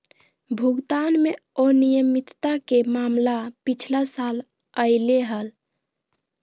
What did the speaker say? भुगतान में अनियमितता के मामला पिछला साल अयले हल